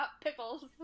pickles